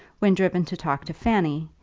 when driven to talk to fanny,